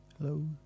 Hello